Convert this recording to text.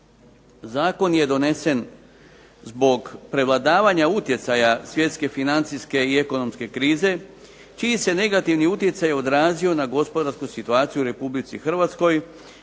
Zakon je donesen zbog prevladavanja utjecaja svjetske financijske i ekonomske krize čiji se negativni utjecaj odrazio na gospodarsku situaciju u RH na